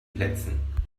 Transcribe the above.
plätzen